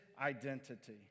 identity